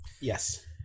yes